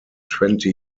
twenty